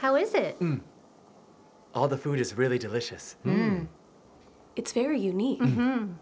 how is it all the food is really delicious it's very